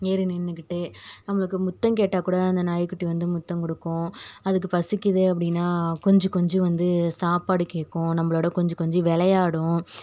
ஏறி நின்றுகுட்டு நம்மளுக்கு முத்தம் கேட்டால் கூட அந்த நாய்க்குட்டி வந்து முத்தம் கொடுக்கும் அதுக்கு பசிக்குது அப்படின்னா கொஞ்சி கொஞ்சி வந்து சாப்பாடு கேட்கும் நம்மளோட கொஞ்சி கொஞ்சி விளையாடும்